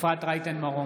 אפרת רייטן מרום,